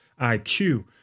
IQ